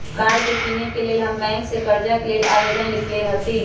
कार किनेके लेल हम बैंक से कर्जा के लेल आवेदन लिखलेए हती